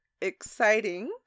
exciting